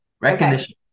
recognition